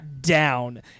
Down